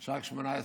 רק 18 חודש.